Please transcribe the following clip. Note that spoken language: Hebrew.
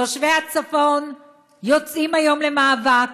תושבי הצפון יוצאים היום למאבק,